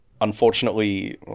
unfortunately